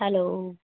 hello